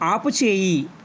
ఆపుచేయి